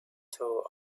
told